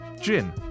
gin